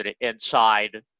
inside